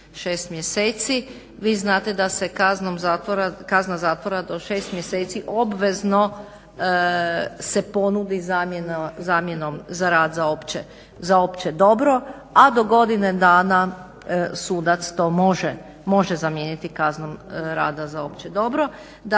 6 mjeseci. Vi znate da se kazna zatvora do 6 mjeseci obvezno se ponudi zamjenom za rad za opće dobro a do godine dana sudac to može zamijeniti kaznom rada za opće dobro.